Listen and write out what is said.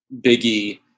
Biggie